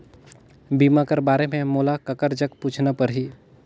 बीमा कर बारे मे मोला ककर जग पूछना परही?